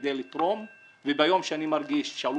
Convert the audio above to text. כדי לתרום וביום שאני מרגיש שאני